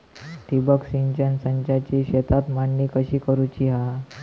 ठिबक सिंचन संचाची शेतात मांडणी कशी करुची हा?